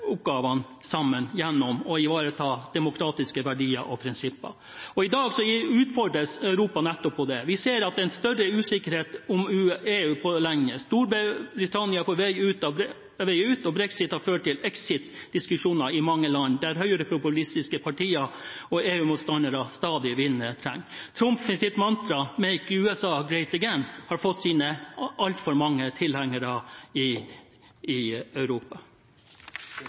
oppgavene best sammen gjennom å ivareta demokratiske verdier og prinsipper. I dag utfordres Europa nettopp på det. Vi ser at det er en større usikkerhet om EU enn på lenge. Storbritannia er på vei ut, og brexit har ført til exit-diskusjoner i mange land der høyrepopulistiske partier og EU-motstandere stadig vinner terreng. Trumps mantra «Make America Great Again» har fått altfor mange tilhengere i Europa. Hvis vi et øyeblikk tenkte oss at vi i